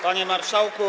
Panie Marszałku!